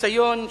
ניסיון של,